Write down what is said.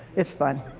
it's fun.